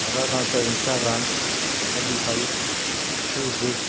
उदाहरणार्थ Instagram Spotify Facebook